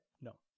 No